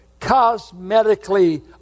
cosmetically